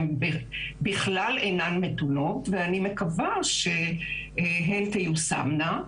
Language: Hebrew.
הן בכלל אינן מתונות, ואני מקווה שהן תיושמנה.